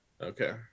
Okay